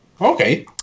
Okay